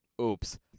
oops